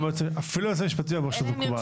אפילו היועץ המשפטי אמר שזה מקובל.